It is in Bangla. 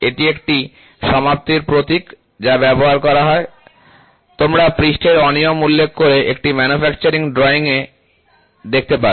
এটি একটি সমাপ্তি প্রতীক যা ব্যবহার করা হয় তোমরা পৃষ্ঠের অনিয়ম উল্লেখ করে একটি ম্যানুফ্যাকচারিং ড্রয়িংএ দেখতে পারো